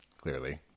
Clearly